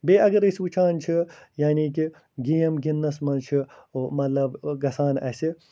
بیٚیہِ اَگر أسۍ وٕچھان چھِ یعنی کہِ گیم گِنٛدنَس منٛز چھِ مطلب گژھان اَسہِ